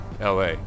LA